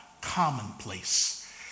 commonplace